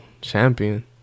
champion